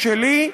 ושלי.